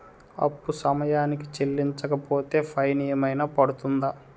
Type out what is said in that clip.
అప్పు సమయానికి చెల్లించకపోతే ఫైన్ ఏమైనా పడ్తుంద?